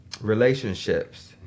Relationships